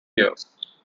years